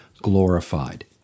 glorified